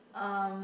um